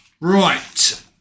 Right